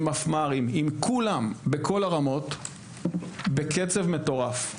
עם מפמ"רים, עם כולם, בכל הרמות, בקצב מטורף.